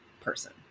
person